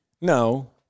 No